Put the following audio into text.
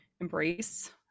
embrace